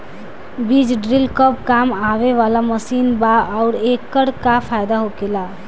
बीज ड्रील कब काम आवे वाला मशीन बा आऊर एकर का फायदा होखेला?